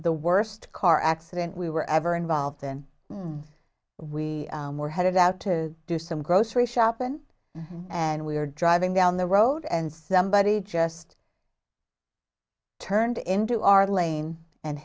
the worst car accident we were ever involved in we were headed out to do some grocery shopping and we were driving down the road and somebody just turned into our lane and